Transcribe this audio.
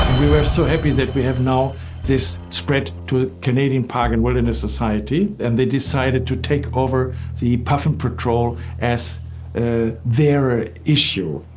we were so happy that we have now this spread to canadian park and wilderness society, and they decided to take over the puffin patrol as their issue.